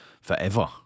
forever